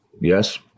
yes